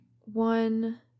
one